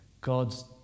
God's